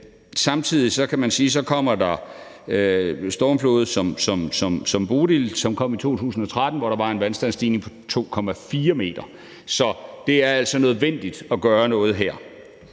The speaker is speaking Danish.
at der kommer stormfloder som Bodil, som kom i 2013, hvor der var en vandstandsstigning på 2,4 m. Så det er altså nødvendigt at gøre noget her.